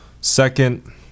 Second